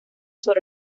sobre